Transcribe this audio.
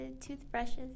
Toothbrushes